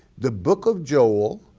the book of joel